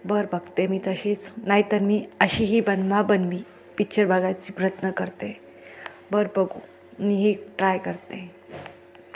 बरं बघते मी तशीच नाहीतर मी अशी ही बनवाबनवी पिच्चर बघायची प्रयत्न करते बर बघू मी ही ट्राय करते